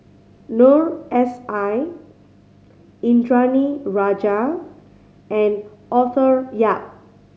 Noor S I Indranee Rajah and Arthur Yap